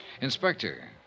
Inspector